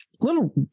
Little